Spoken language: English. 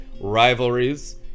rivalries